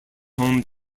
home